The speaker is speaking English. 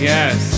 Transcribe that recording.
Yes